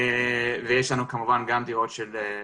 יש לנו כמובן גם דירות של ותיקים,